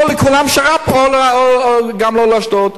או לכולם שר"פ או גם לא לאשדוד.